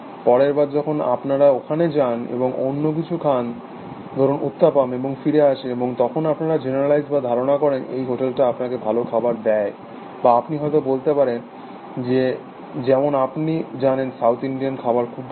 পরের বার যখন আপনারা ওখানে যান এবং অন্যকিছু খান ধরুন উত্তাপাম এবং ফিরে আসেন এবং তখন আপনারা জেনারেলাইজ বা ধারণা করেন এই হোটেলটা আপনাকে ভালো খাবার দেয় বা আপনি হয়ত বলতে পারেন যে যেমন আপনি জানেন সাউথ ইন্ডিয়ান খাবার খুব ভালো